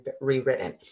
rewritten